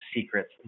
secrets